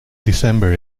december